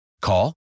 Call